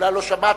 אולי לא שמעת,